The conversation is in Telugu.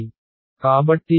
కాబట్టి j1